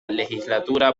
legislatura